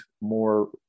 more